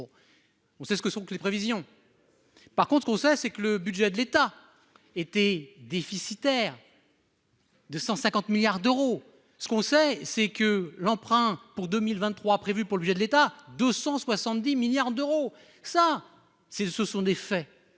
on sait ce que sont que les prévisions. Par contre on sait c'est que le budget de l'État était déficitaire. De 150 milliards d'euros. Ce qu'on sait c'est que l'emprunt pour 2023 prévue pour le budget de l'État 270 milliards d'euros. Ça c'est ce sont des faits.